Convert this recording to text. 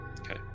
Okay